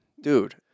Dude